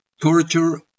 torture